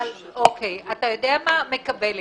מקבלת.